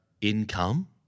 income